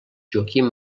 joaquim